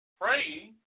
praying